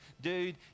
dude